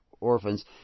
orphans